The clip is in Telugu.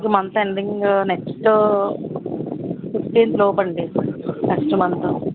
ఈ మంత్ ఎండింగ్ నెక్స్ట్ ఫిఫ్టీన్త్లోపు అండి నెక్స్ట్ మంత్